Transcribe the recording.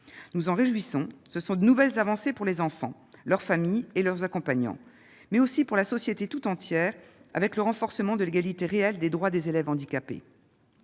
nous en réjouissons : ce sont de nouvelles avancées pour les enfants, leurs familles et leurs accompagnants, mais aussi pour la société tout entière, avec le renforcement de l'égalité réelle des droits des élèves handicapés.